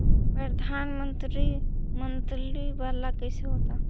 प्रधानमंत्री मंत्री वाला कैसे होता?